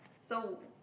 so